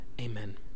Amen